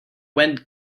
went